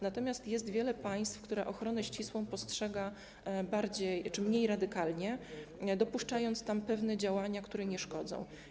Natomiast jest wiele państw, które ochronę ścisłą postrzegają mniej radykalnie i dopuszczają tam pewne działania, które nie szkodzą.